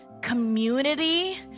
Community